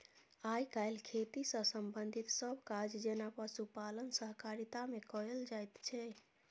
आइ काल्हि खेती सँ संबंधित सब काज जेना पशुपालन सहकारिता मे कएल जाइत छै